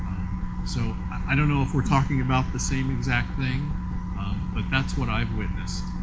so i don't know if we're talking about the same exact thing but that's what i have witnessed.